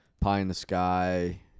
pie-in-the-sky